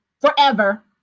forever